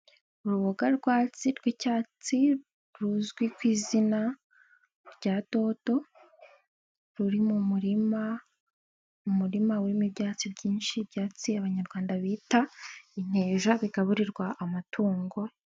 Uruboga rwatsi rw'icyatsi ruzwi ku izina rya dodo ruri mu murima, umurima urimo ibyatsi byinshi ibyatsi abanyarwanda bita inteja bigaburirwa amatungo.